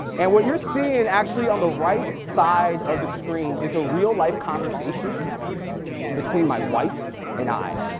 and what you're seeing actually on the right side of the screen is a real-life conversation between my wife and i,